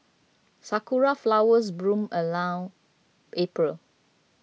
sakura flowers bloom around April